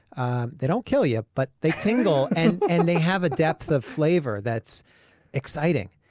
and they don't kill you, but they tingle and and they have a depth of flavor that's exciting.